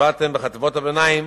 ולשפת אם בחטיבות הביניים,